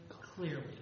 clearly